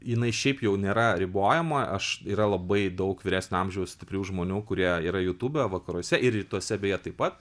jinai šiaip jau nėra ribojama aš yra labai daug vyresnio amžiaus stiprių žmonių kurie yra jutube vakaruose ir rytuose beje taip pat